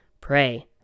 Pray